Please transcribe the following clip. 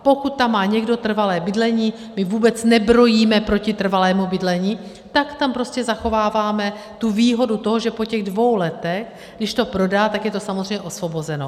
Pokud tam má někdo trvalé bydlení, my vůbec nebrojíme proti trvalému bydlení, tak tam prostě zachováváme tu výhodu toho, že po těch dvou letech, když to prodá, je to samozřejmě osvobozeno.